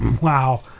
Wow